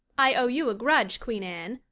i owe you a grudge, queen anne.